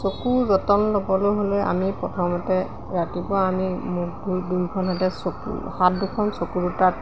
চকুৰ যতন ল'বলৈ হ'লে আমি প্ৰথমতে ৰাতিপুৱা আমি মুখ ধুই দুয়োখন হাতে চকু হাত দুখন চকু দুটাত